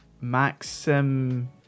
Maxim